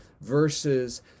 versus